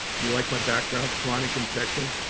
you like my background, chronic infection?